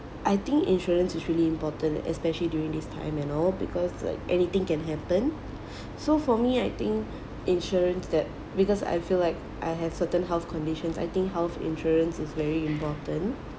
I think insurance is really important especially during this time and all because like anything can happen so for me I think insurance that because I feel like I have certain health conditions I think health insurance is very important